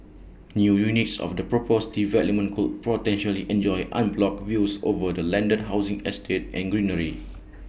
new units of the proposed development could potentially enjoy unblocked views over the landed housing estate and greenery